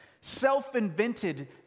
self-invented